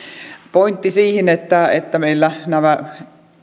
pointti siihen että että meillä näiden